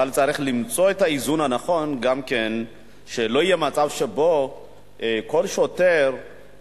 אבל צריך למצוא את האיזון הנכון כדי שלא יהיה מצב שבו כל שוטר,